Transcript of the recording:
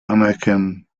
anerkennen